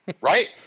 Right